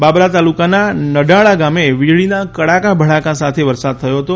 બાબરા તાલુકાના નડાળા ગામે વિજળીના કડાકા ભડાકા સાથે વરસાદ થયો હતો